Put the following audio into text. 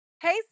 hey